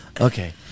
okay